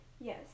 Yes